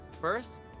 First